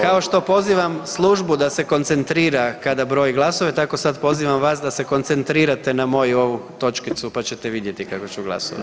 Kao što pozivam službu da se koncentrira kada broji glasove, tako sad pozivam vas da se koncentrirate na moju ovu točkicu pa ćete vidjeti kako ću glasovati.